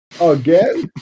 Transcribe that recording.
Again